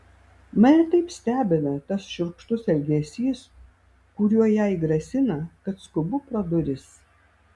mane taip stebina tas šiurkštus elgesys kuriuo jai grasina kad skubu pro duris